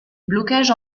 blocages